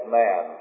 man